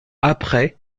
après